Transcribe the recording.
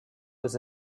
was